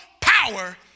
power